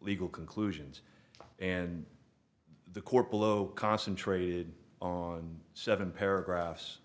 legal conclusions and the court below concentrated on seven paragraphs